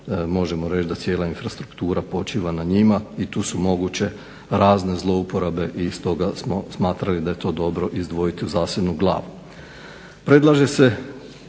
možemo reći da cijela infrastruktura počiva na njima i tu su moguće razne zlouporabe i stoga smo smatrali da je to dobro izdvojiti u zasebnu glavu.